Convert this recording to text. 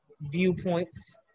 viewpoints